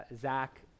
Zach